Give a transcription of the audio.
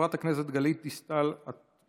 חברת הכנסת גלית דיסטל אטבריאן,